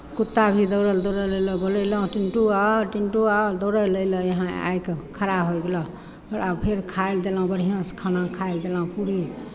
कुत्ता भी दौड़ल दौड़ल अयलह बोलयलहुँ टिन्टू आ टिन्टू आ दौड़ल अयलै यहाँ आबि कऽ खड़ा होय गेलह ओकरा फेर खाय लए देलहुँ बढ़िआँसँ खाना खाय लए देलहुँ पूड़ी